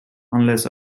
unless